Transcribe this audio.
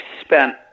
spent